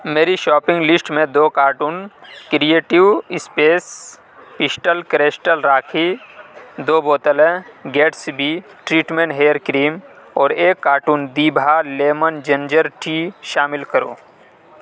میری shopping list میں دو carton creative space pastel crystal rakhi دو بوتلیں Gatsby treatment hair cream اور ایک کارٹون دیبھا لیمن جنجر ٹی شامل کرو